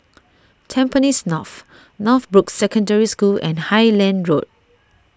Tampines North Northbrooks Secondary School and Highland Road